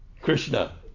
Krishna